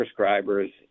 prescribers